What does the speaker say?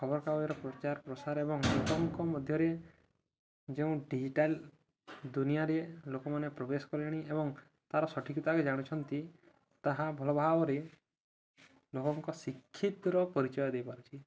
ଖବରକାଗଜର ପ୍ରଚାର ପ୍ରସାର ଏବଂ ଲୋକଙ୍କ ମଧ୍ୟରେ ଯେଉଁ ଡିଜିଟାଲ ଦୁନିଆରେ ଲୋକମାନେ ପ୍ରବେଶ କଲେଣି ଏବଂ ତା'ର ସଠିକତା ଜାଣୁଛନ୍ତି ତାହା ଭଲ ଭାବରେ ଲୋକଙ୍କ ଶିକ୍ଷିତ୍ର ପରିଚୟ ଦେଇପାରୁଛି